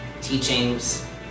teachings